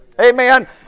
Amen